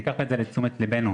ניקח לתשומת ליבנו